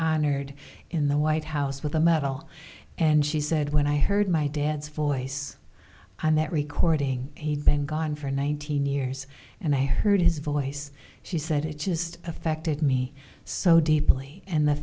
honored in the white house with a medal and she said when i heard my dad's voice on that recording he'd been gone for nineteen years and i heard his voice she said it just affected me so deeply and the